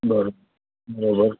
बरो बराबरि